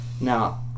now